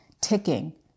ticking